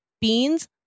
beans